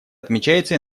отмечается